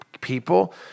people